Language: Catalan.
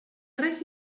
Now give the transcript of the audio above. res